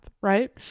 right